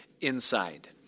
inside